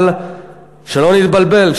אבל שלא נתבלבל,